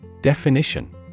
Definition